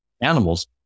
animals